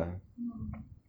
mmhmm